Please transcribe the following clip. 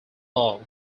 law